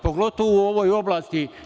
Pogotovo u ovoj oblasti.